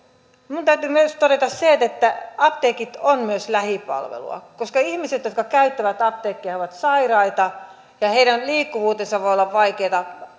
minun täytyy myös todeta se että apteekit ovat myös lähipalvelua koska ihmiset jotka käyttävät apteekkia ovat sairaita ja heidän liikkuvuutensa voi olla vaikeata